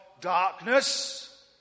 darkness